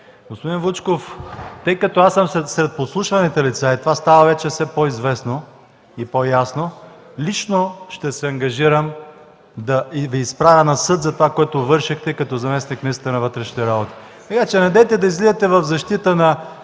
Господин Вучков, тъй като аз съм бил сред подслушваните лица и това става вече все по-известно и по-ясно, лично ще се ангажирам да Ви изправя на съд за това, което вършехте като заместник-министър на вътрешните работи. Недейте тук да излизате в защита на